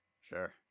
Sure